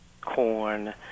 corn